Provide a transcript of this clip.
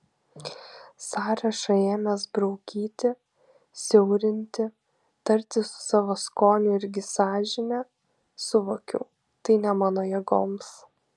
sąrašą ėmęs braukyti siaurinti tartis su savo skoniu irgi sąžine suvokiau tai ne mano jėgoms